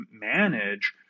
manage